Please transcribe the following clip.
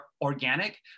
organic